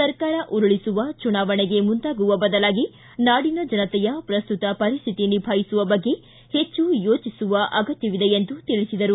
ಸರ್ಕಾರ ಉರುಳಿಸುವ ಚುನಾವಣೆಗೆ ಮುಂದಾಗುವ ಬದಲಾಗಿ ನಾಡಿನ ಜನತೆಯ ಪ್ರಸ್ತುತ ಪರಿಶ್ಠಿತಿ ನಿಭಾಯಿಸುವ ಬಗ್ಗೆ ಹೆಚ್ಚು ಯೋಟಿಸುವ ಅಗತ್ಯವಿದೆ ಎಂದು ತಿಳಿಸಿದರು